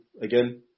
again